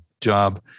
job